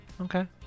Okay